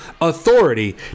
Authority